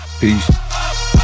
Peace